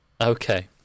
Okay